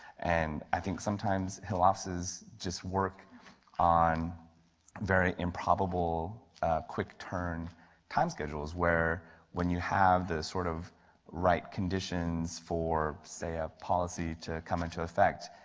and i think sometimes, offices just work on very improbable quick turn time schedules, where when you have this sort of right conditions for say a policy to come into effect,